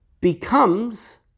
becomes